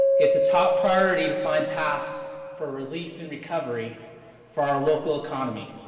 it's a top priority to find paths for relief and recovery for our local economy.